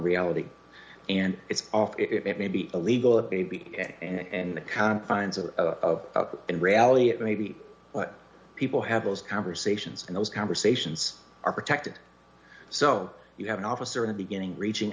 reality and it's off it may be illegal a baby and in the confines of that in reality it maybe but people have those conversations and those conversations are protected so you have an officer in the beginning reaching